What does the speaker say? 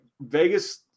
Vegas